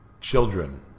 children